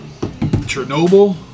Chernobyl